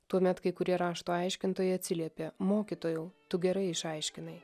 tuomet kai kurie rašto aiškintojai atsiliepė mokytojau tu gerai išaiškinai